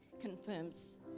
confirms